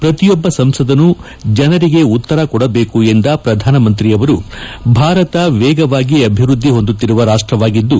ಪ್ರತಿಯೊಬ್ಬ ಸಂಸದರು ಜನರಿಗೆ ಉತ್ತರಕೊಡಬೇಕು ಎಂದ ಪ್ರಧಾನಮಂತ್ರಿ ಅವರು ಭಾರತ ವೇಗವಾಗಿ ಅಭಿವ್ಯದ್ದಿ ಹೊಂದುತ್ತಿರುವ ರಾಷ್ಟವಾಗಿದ್ದು